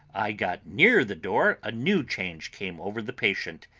i got near the door, a new change came over the patient.